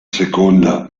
seconda